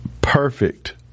perfect